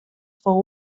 fou